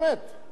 אמיתי.